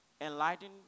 enlightened